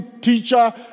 teacher